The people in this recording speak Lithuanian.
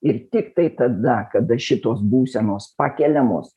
ir tiktai tada kada šitos būsenos pakeliamos